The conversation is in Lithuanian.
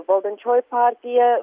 valdančioji partija